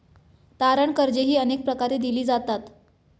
तारण कर्जेही अनेक प्रकारे दिली जातात